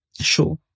Sure